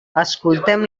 escoltem